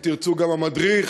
אם תרצו גם המדריך,